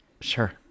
Sure